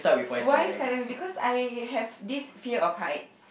why skydiving because I have this fear of heights